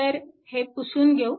तर हे पुसून घेऊ